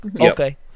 okay